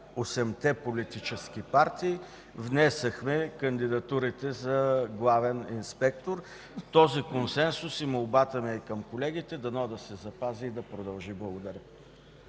осемте политически партии внесохме кандидатурите за главен инспектор. Този консенсус, и молбата ми е към колегите, дано да се запази и да продължи. Благодаря.